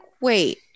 wait